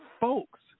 folks